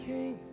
King